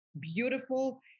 beautiful